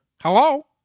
Hello